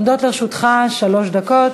עומדות לרשותך שלוש דקות.